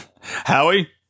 howie